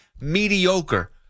mediocre